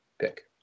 pick